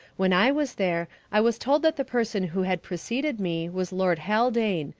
when i was there i was told that the person who had preceded me was lord haldane,